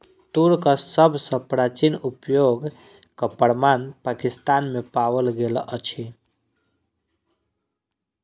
तूरक सभ सॅ प्राचीन उपयोगक प्रमाण पाकिस्तान में पाओल गेल अछि